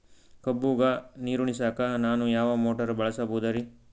ಕಬ್ಬುಗ ನೀರುಣಿಸಲಕ ನಾನು ಯಾವ ಮೋಟಾರ್ ಬಳಸಬಹುದರಿ?